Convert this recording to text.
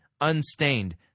unstained